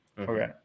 Okay